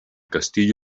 castillo